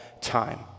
time